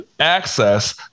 access